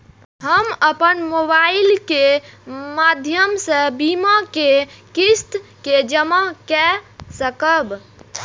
हम अपन मोबाइल के माध्यम से बीमा के किस्त के जमा कै सकब?